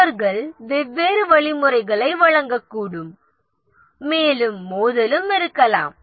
அவர்கள் வெவ்வேறு வழிமுறைகளை வழங்கக்கூடும் மேலும் மோதலும் இருக்கலாம்